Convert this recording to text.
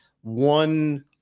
one